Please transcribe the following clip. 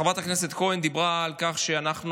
חברת הכנסת כהן דיברה על כך שאנחנו,